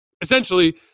Essentially